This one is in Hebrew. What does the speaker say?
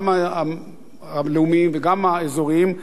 גם הלאומיים וגם האזוריים,